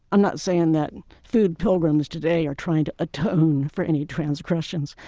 i'm not saying that food pilgrims today are trying to atone for any transgressions,